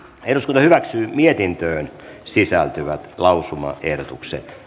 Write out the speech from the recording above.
eduskunta hyväksyi mietintöön sisältyvät lausumaehdotukset